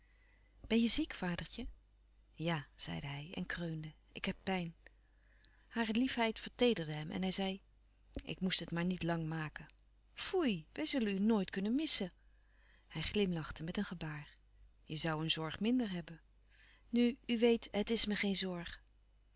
ben je ziek vadertje ja zeide hij en kreunde ik heb pijn hare liefheid verteederde hem en hij zei ik moest het maar niet lang maken foei wij zullen u nooit kunnen missen hij glimlachte met een gebaar je zoû een zorg minder hebben nu u weet het is me geen zorg